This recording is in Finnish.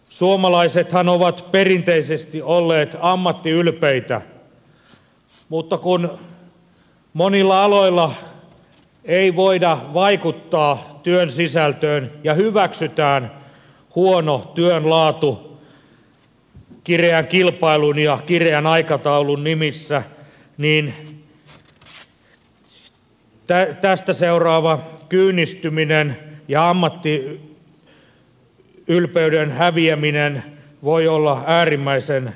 suomalaisethan ovat perinteisesti olleet ammattiylpeitä mutta kun monilla aloilla ei voida vaikuttaa työn sisältöön ja hyväksytään huono työn laatu kireän kilpailun ja kireän aikataulun nimissä niin tästä seuraava kyynistyminen ja ammattiylpeyden häviäminen voi olla äärimmäisen kohtalokasta